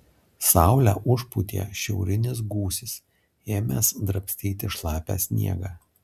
saulę užpūtė šiaurinis gūsis ėmęs drabstyti šlapią sniegą